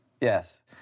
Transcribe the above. Yes